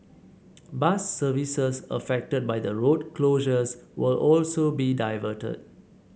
bus services affected by the road closures will also be diverted